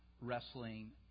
wrestling